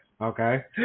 Okay